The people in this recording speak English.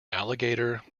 alligator